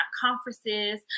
conferences